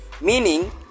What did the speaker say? meaning